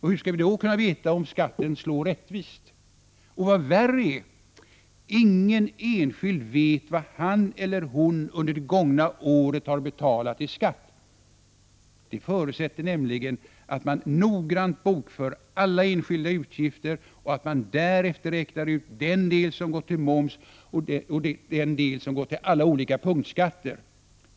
Hur skall vi då kunna veta om skatten slår rättvist? Och vad värre är: Ingen enskild vet vad han eller hon under det gångna året har betalat i skatt. Det förutsätter nämligen att man noggrant bokför alla enskilda utgifter och att man därefter räknar ut den del som gått till moms och den del som gått till alla olika punktskatter.